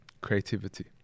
creativity